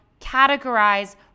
categorize